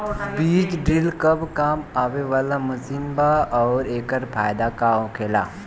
बीज ड्रील कब काम आवे वाला मशीन बा आऊर एकर का फायदा होखेला?